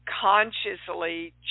consciously